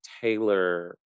Taylor